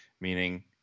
meaning